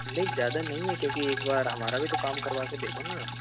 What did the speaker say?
नहीं ज़्यादा नहीं है क्योंकि एक बार हमारा भी तो काम करवा के देखो न आप